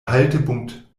haltepunkt